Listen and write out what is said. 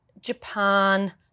Japan